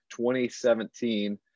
2017